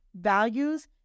values